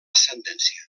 ascendència